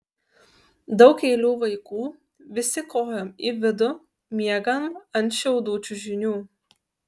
daug eilių vaikų visi kojom į vidų miegam ant šiaudų čiužinių